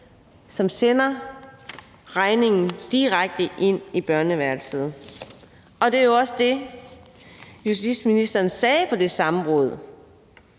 som sender regningen direkte ind i børneværelset. Det var også det, justitsministeren sagde på det samråd.